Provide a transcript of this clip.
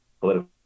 political